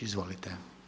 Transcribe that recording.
Izvolite.